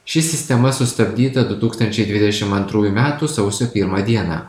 ši sistema sustabdyta du tūkstančiai dvidešim antrųjų metų sausio pirmą dieną